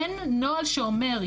אין נוהל שאומר,